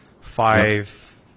five